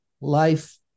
life